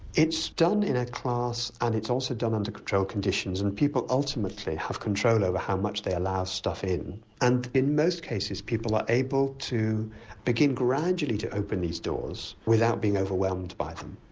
it's done in a class and it's also done under controlled conditions and people ultimately have control over how much they allow stuff in and in most cases people are able to begin gradually to open these doors without being overwhelmed by them.